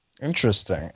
interesting